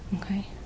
Okay